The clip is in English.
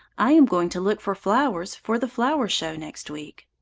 i am going to look for flowers, for the flower-show next week.